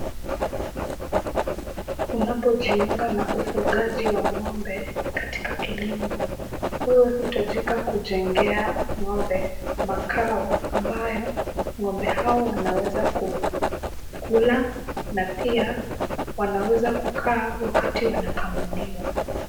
Unapojiunga na ufugaji wa ng'ombe, katika kilimo, wewe hutahitajika kujengea ng'ombe makao ambayo ng'ombe hao wanaweza kukula na pia wanaweza kukaa wakati wanakamuliwa.